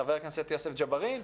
חבר הכנסת יוסף ג'בארין,